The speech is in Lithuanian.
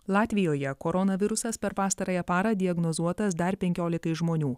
latvijoje koronavirusas per pastarąją parą diagnozuotas dar penkiolikai žmonių